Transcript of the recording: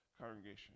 congregation